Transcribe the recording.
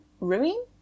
ruin